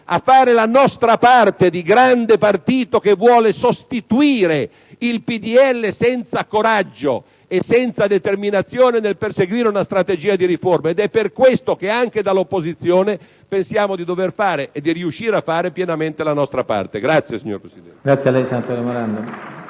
a fare la nostra parte di grande partito che vuole sostituire il PdL, che appare senza coraggio e senza determinazione nel perseguire una strategia di riforme. Ed è per questo che, anche dall'opposizione, pensiamo di dover fare e di riuscire a fare pienamente la nostra parte. *(Applausi dal